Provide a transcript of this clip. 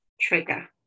trigger